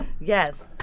Yes